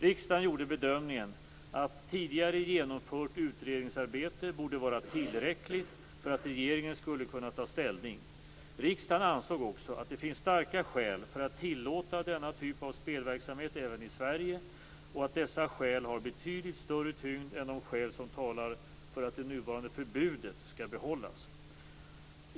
Riksdagen gjorde bedömningen att tidigare genomfört utredningsarbete borde vara tillräckligt för att regeringen skulle kunna ta ställning. Riksdagen ansåg också att det finns starka skäl för att tillåta denna typ av spelverksamhet även i Sverige och att dessa skäl har betydligt större tyngd än de skäl som talar för att det nuvarande förbudet skall behållas.